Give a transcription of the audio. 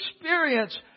experience